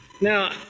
Now